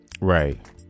Right